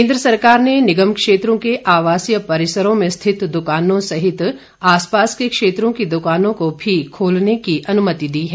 केन्द्र सरकार ने निगम क्षेत्रों के आवासीय परिसरों में स्थित दुकानों सहित आसपास के क्षेत्रों की दुकानों को भी खोलने की अनुमति दी है